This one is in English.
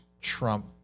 Trump